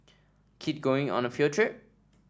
kid going on a field trip